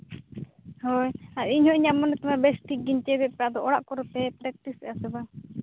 ᱦᱳᱭ ᱤᱧ ᱦᱚᱸ ᱤᱧᱟᱹᱜ ᱢᱚᱱᱮ ᱛᱮᱢᱟ ᱵᱮᱥ ᱴᱷᱤᱠ ᱜᱤᱧ ᱪᱮᱫ ᱮᱜ ᱠᱚᱣᱟ ᱟᱫᱚ ᱚᱲᱟᱜ ᱠᱚᱨᱮᱜ ᱯᱮ ᱯᱮᱠᱴᱤᱥᱮᱜᱼᱟ ᱥᱮ ᱵᱟᱝ